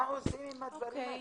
מה עושים עם הדברים האלה?